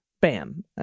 bam